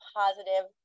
positive